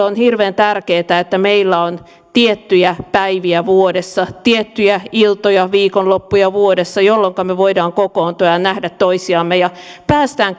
on hirveän tärkeätä että meillä on tiettyjä päiviä vuodessa tiettyjä iltoja viikonloppuja vuodessa jolloinka me voimme kokoontua ja nähdä toisiamme ja päästään